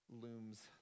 looms